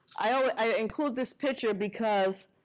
i include this picture because